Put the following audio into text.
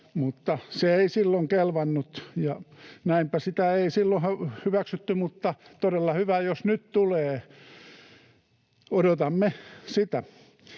mutta se ei silloin kelvannut, ja näinpä sitä ei silloin hyväksytty, mutta todella hyvä, jos se nyt tulee. Odotamme sitä.